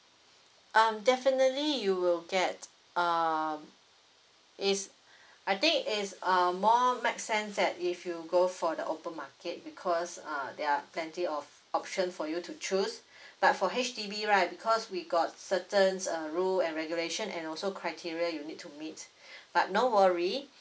um definitely you will get um it's I think it's um more make sense that if you go for the open market because uh there are plenty of option for you to choose but for H_D_B right because we got certain uh rule and regulation and also criteria you need to meet but no worry